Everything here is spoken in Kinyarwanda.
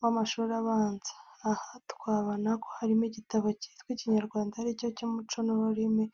w’amashuri abanza. Aha twabona ko harimo n’igitabo cyitwa Ikinyarwanda ari cyo cy'umuco n'ururimi